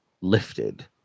lifted